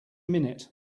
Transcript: minute